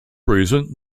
reason